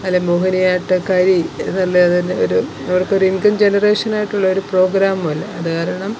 അല്ലേ മോഹിനിയാട്ടകാരി ഇതല്ലാതെ ഒരു അവർക്കൊരു ഇൻകം ജനറേഷനായിട്ടുള്ള ഒരു പ്രോഗ്രാമൂമില്ല അത് കാരണം